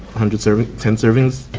hundred servings, ten servings.